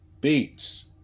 beats